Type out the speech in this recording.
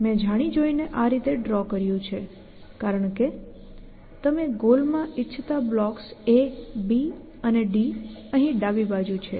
મેં જાણી જોઈને આ રીતે ડ્રો કર્યું છે કારણ કે તમે ગોલમાં ઇચ્છતા બ્લોક્સ A B અને D અહીં ડાબી બાજુ છે